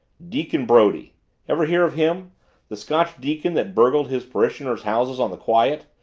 deacon brodie ever hear of him the scotch deacon that burgled his parishioners' houses on the quiet?